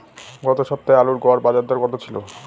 গত সপ্তাহে আলুর গড় বাজারদর কত ছিল?